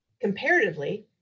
comparatively